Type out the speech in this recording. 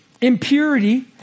impurity